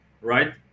right